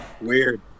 Weird